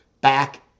back